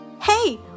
Hey